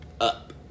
up